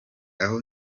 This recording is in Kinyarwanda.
aho